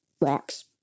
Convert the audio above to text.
rocks